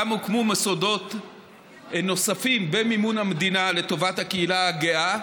גם הוקמו מוסדות נוספים במימון המדינה לטובת הקהילה הגאה,